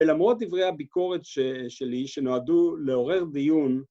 ‫ולמרות דברי הביקורת שלי, ‫שנועדו לעורר דיון...